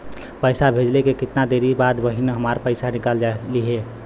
पैसा भेजले के कितना देरी के बाद बहिन हमार पैसा निकाल लिहे?